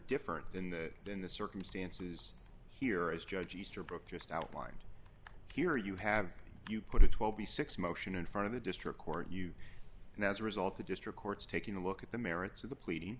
different than the in the circumstances here as judge easterbrook just outlined here you have you put a twelve b six motion in front of the district court you and as a result the district court's taking a look at the merits of the pleading